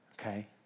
okay